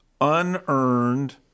unearned